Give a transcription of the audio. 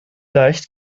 leicht